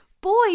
boy